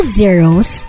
zeros